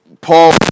Paul